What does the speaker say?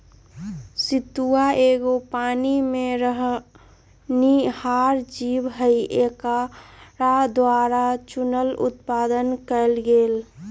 सितुआ एगो पानी में रहनिहार जीव हइ एकरा द्वारा चुन्ना उत्पादन कएल गेल